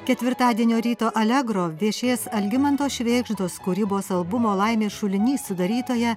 ketvirtadienio ryto allegro viešės algimanto švėgždos kūrybos albumo laimės šulinys sudarytoja